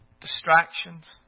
distractions